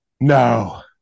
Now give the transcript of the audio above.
No